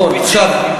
עכשיו,